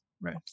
right